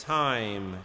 time